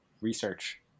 research